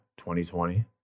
2020